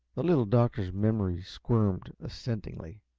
the little doctor's memory squirmed assentingly.